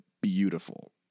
Beautiful